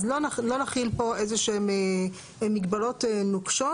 אז לא נחיל פה איזה שהן מגבלות נוקשות.